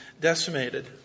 decimated